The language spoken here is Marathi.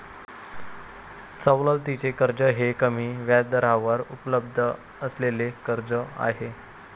सवलतीचे कर्ज हे कमी व्याजदरावर उपलब्ध असलेले कर्ज आहे